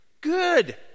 Good